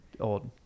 old